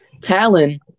Talon